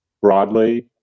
broadly